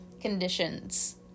conditions